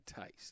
taste